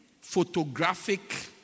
photographic